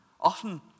often